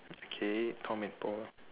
okay Tom and Paul